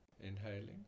inhaling